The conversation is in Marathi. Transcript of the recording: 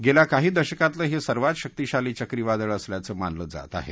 गेल्या काही दशकातलं हे सर्वात शक्तीशाली चक्रीवादळ असल्याचं मानलं जात आहे